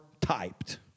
typed